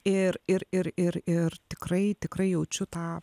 ir ir ir ir ir tikrai tikrai jaučiu tą